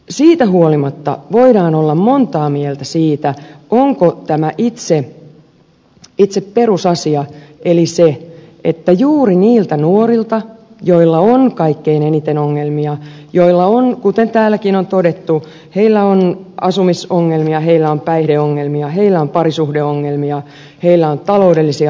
siitä huolimatta voidaan olla montaa mieltä siitä onko tämä itse perusasia eli se että juuri niiltä nuorilta joilla on kaikkein eniten ongelmia ja joilla on kuten täälläkin on todettu asumisongelmia päihdeongelmia parisuhdeongelmia taloudellisia ongelmia